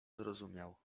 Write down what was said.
zrozumiał